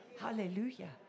Hallelujah